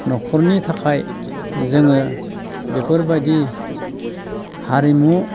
न'खरनि थाखाय जोङो बेफोरबायदि हारिमु